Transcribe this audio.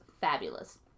fabulous